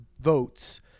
votes